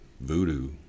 voodoo